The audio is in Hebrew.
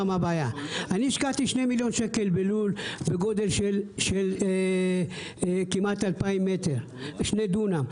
אני השקעתי שני מיליון שקל בלול בגודל של כמעט 2,000 מטר בשני דונם.